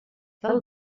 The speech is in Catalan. del